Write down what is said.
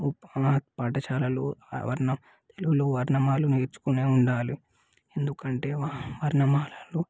మన పాఠశాలలో వర్ణం తెలుగు వర్ణమాల నేర్చుకునే ఉండాలి ఎందుకంటే వర్ణమాలలో